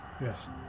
Yes